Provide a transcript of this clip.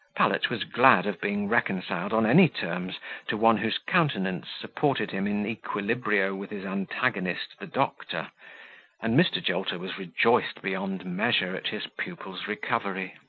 pallet was glad of being reconciled on any terms to one whose countenance supported him in equilibrio with his antagonist the doctor and mr. jolter was rejoiced beyond measure at his pupil's recovery.